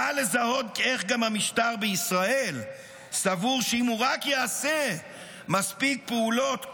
קל לזהות איך גם המשטר בישראל סבור שאם הוא רק יעשה מספיק פעולות כוח,